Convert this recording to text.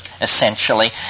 essentially